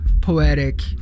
poetic